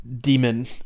demon